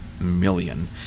million